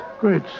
Great